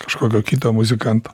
kažkokio kito muzikanto